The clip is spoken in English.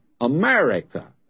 America